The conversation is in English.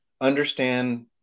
understand